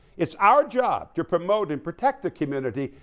it's our job to promote and protect the community.